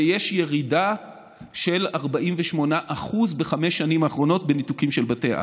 ויש ירידה של 48% בחמש השנים האחרונות בניתוקים של בתי אב.